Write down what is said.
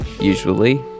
usually